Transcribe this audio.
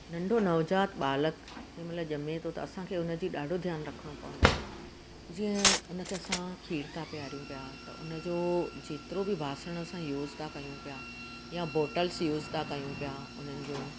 नंढो नवजात बालक जंहिं महिल ॼमे थो त असांखे हुनजी ॾाढो ध्यानु रखणो पवंदो आहे जीअं उन खे असां खीरु था पियारूं पिया त हुन जो जेतिरा बि ॿासण असां यूज़ था कयूं पिया या बोटल्स यूज़ था कयूं पिया हुननि जूं